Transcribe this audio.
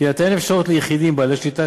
תינתן אפשרות ליחידים בעלי שליטה,